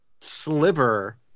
sliver